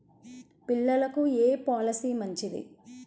పిల్లలకు ఏ పొలసీ మంచిది?